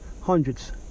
hundreds